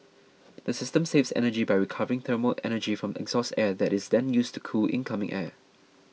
the system saves energy by recovering thermal energy from exhaust air that is then used to cool incoming air